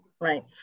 right